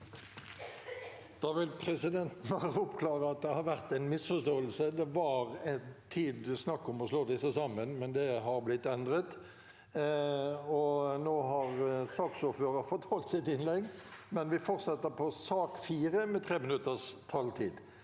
Da vil presidenten oppkla- re at det har vært en misforståelse. Det var en tid snakk om å slå sakene nr. 4 og 5 sammen, men det har blitt endret. Nå har saksordføreren fått holdt sitt innlegg, og vi fortsetter med sak nr. 4, med 3 minutters taletid.